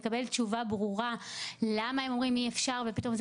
לקבל תשובה ברורה למה אומרים אי-אפשר ופתאום זה